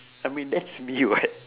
I mean that's me [what]